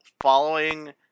following